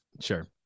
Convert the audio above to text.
Sure